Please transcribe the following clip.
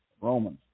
Romans